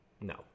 No